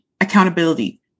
accountability